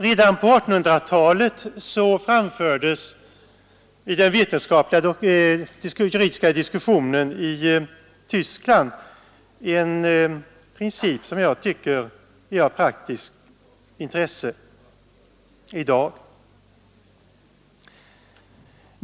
Redan på 1800-talet framfördes i den vetenskapliga juridiska diskussionen i Tyskland en princip, som jag tycker är av praktiskt intresse i dag.